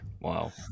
Wow